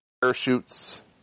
parachutes